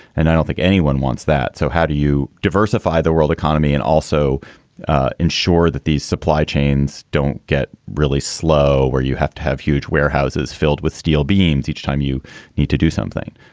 and i don't think anyone wants that. so how do you diversify the world economy and also ensure that these supply chains don't get really slow where you have to have huge warehouses filled with steel beams each time you need to do something?